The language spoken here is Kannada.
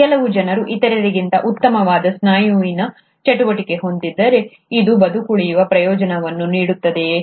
ಕೆಲವು ಜನರು ಇತರರಿಗಿಂತ ಉತ್ತಮವಾದ ಸ್ನಾಯುವಿನ ಚಟುವಟಿಕೆಯನ್ನು ಹೊಂದಿದ್ದಾರೆ ಇದು ಬದುಕುಳಿಯುವ ಪ್ರಯೋಜನವನ್ನು ನೀಡುತ್ತದೆಯೇ